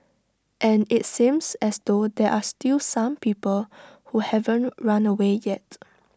and IT seems as though there are still some people who haven't run away yet